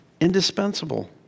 Indispensable